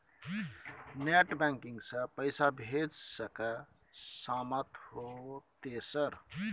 Net banking से पैसा भेज सके सामत होते सर?